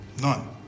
None